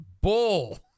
bull